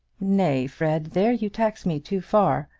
nay, fred there you tax me too far.